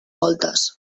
voltes